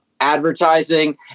advertising